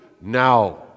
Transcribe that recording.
now